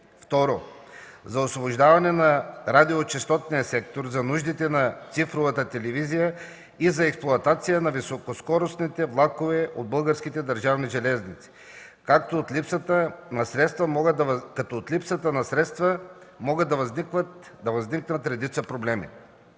второ, за освобождаване на радиочестотния сектор за нуждите на цифровата телевизия и за експлоатация на високоскоростните влакове от Българските държавни железници, като от липсата на средства могат да възникнат редица проблеми,